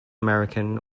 american